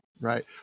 Right